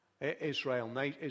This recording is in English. Israel